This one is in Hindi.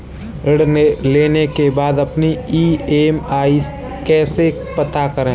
ऋण लेने के बाद अपनी ई.एम.आई कैसे पता करें?